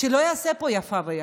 שלא יעשה פה איפה ואיפה.